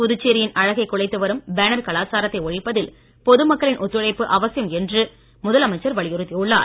புதுச்சேரியின் அழகைக் குலைத்து வரும் பேனர் கலாச்சாரத்தை ஒழிப்பதில் பொது மக்களின் ஒத்துழைப்பு அவசியம் என்று முதலமைச்சர் வலியுறுத்தியுள்ளார்